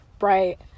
right